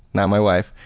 now my wife,